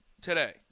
today